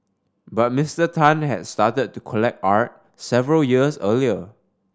but Mister Tan had started to collect art several years earlier